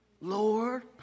Lord